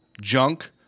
Junk